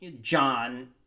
John